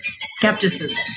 skepticism